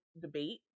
debate